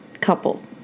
couple